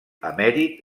emèrit